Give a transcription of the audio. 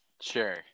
Sure